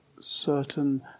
Certain